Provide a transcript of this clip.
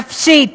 נפשית,